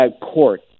court